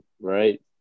right